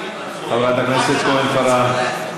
חברת הכנסת כהן-פארן,